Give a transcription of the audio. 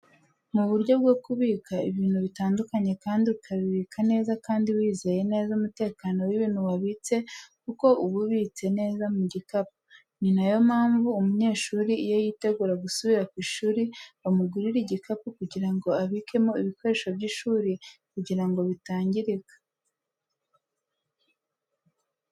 Mu buryo bwo kubika ibintu bitandukanye kandi ukabibika neza kandi wizeye neza umutekano w'ibintu wabitse kuko uba ubitse neza mu gikapu. Ni na yo mpamvu umunyeshuri iyo yitegura gusubira ku ishuri bamugurira igikapu kugira ngo abikemo ibikoresho by'ishuri kugira ngo bitangirika.